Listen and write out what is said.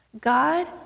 God